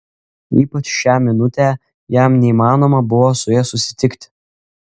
ypač šią minutę jam neįmanoma buvo su ja susitikti